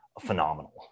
phenomenal